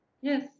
yes